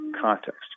context